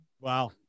Wow